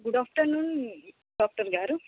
good afternoon doctor గారు